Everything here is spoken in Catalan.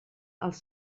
els